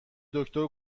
دکتر